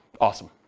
Awesome